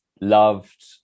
loved